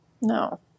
No